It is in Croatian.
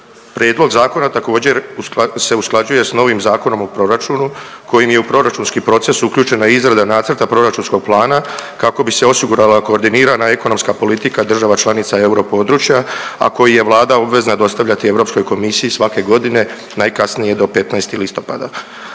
Prijedlog zakona također, se usklađuje s novim Zakonom o proračunu kojim je u proračunski proces uključena izrada nacrta proračunskog plana kako bi se osigurala koordinirana ekonomska politika država članica europodručja, a koji je Vlada obvezna dostavljati EU komisiji svake godine najkasnije do 15. listopada.